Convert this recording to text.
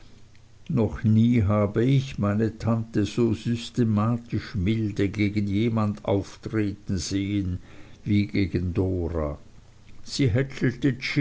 noch nie habe ich meine tante so systematisch milde gegen jemand auftreten sehen wie gegen dora sie